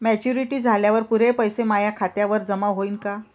Maturity झाल्यावर पुरे पैसे माया खात्यावर जमा होईन का?